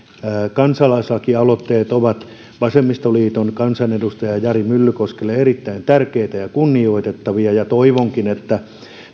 kansalaislakialoitteet ovat vasemmistoliiton kansanedustaja jari myllykoskelle erittäin tärkeitä ja kunnioitettavia ja toivonkin että